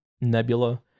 Nebula